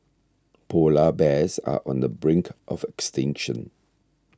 Polar Bears are on the brink of extinction